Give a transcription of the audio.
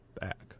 back